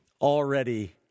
already